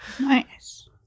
Nice